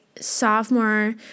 sophomore